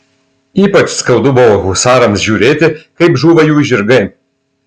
ypač skaudu buvo husarams žiūrėti kaip žūva jų žirgai